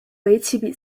围棋